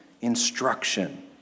instruction